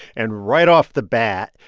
and right off the bat,